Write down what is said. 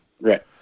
Right